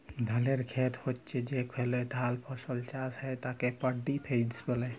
ধালের খেত হচ্যে যেখলে ধাল ফসল চাষ হ্যয় তাকে পাড্ডি ফেইল্ড ব্যলে